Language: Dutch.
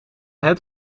het